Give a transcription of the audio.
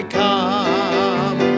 come